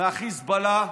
מהחיזבאללה,